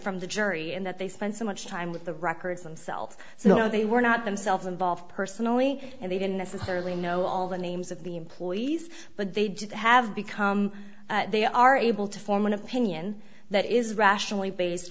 from the jury and that they spend so much time with the records themselves so they were not themselves involved personally and they don't necessarily know all the names of the employees but they do have become they are able to form an opinion that is rationally based